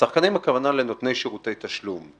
השחקנים, הכוונה לנותני שירותי תשלום.